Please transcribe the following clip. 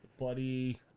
Buddy